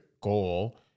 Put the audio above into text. goal